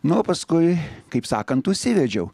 na o paskui kaip sakant užsivedžiau